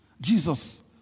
Jesus